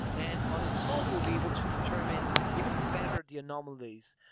and on its own, will be able to determine even better the anomalies.